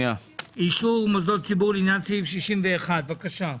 אישור מוסדות ציבור לעניין סעיף 61, בבקשה.